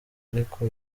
ariko